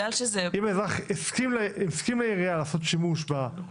אם אזרח הסכים שהעירייה תעשה שימוש בהודעות בטלפון.